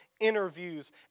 interviews